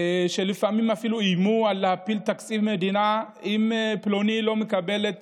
שלפעמים אפילו איימו להפיל תקציב מדינה אם פלוני לא מקבל את